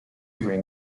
green